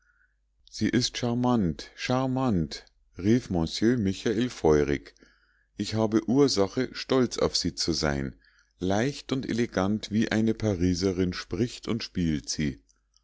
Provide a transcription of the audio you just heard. sie ist charmante charmante rief monsieur michael feurig ich habe ursache stolz auf sie zu sein leicht und elegant wie eine pariserin spricht und spielt sie